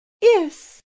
Yes